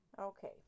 okay